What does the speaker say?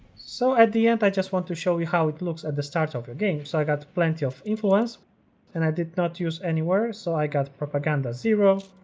so at the end i just want to show you how it looks at the start of a game so i got plenty of influence and i did not use anywhere. so i got propaganda zero